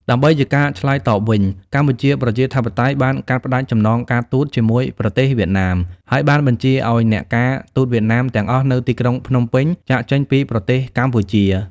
ដើម្បីជាការឆ្លើយតបវិញ កម្ពុជាប្រជាធិបតេយ្យបានកាត់ផ្តាច់ចំណងការទូតជាមួយប្រទេសវៀតណាម ហើយបានបញ្ជាឱ្យអ្នកការទូតវៀតណាមទាំងអស់នៅទីក្រុងភ្នំពេញចាកចេញពីប្រទេសកម្ពុជា។